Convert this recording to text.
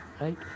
Right